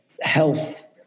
health